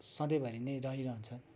सधैँभरि नै रहिरहन्छ